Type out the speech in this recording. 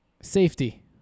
Safety